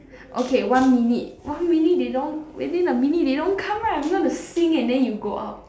okay one minute one minute within a minute they don't come right I'm going to sing and then you go out